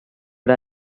era